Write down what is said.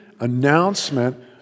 announcement